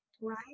right